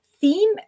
theme